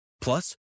Plus